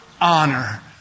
Honor